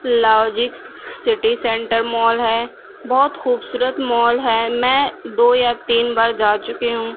لاوجک city centre mall ہے بہت خوبصورت مال ہے میں دو یا تین بار جا چکی ہوں